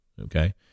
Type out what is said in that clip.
Okay